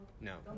No